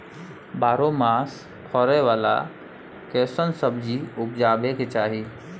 बारहो मास फरै बाला कैसन सब्जी उपजैब के चाही?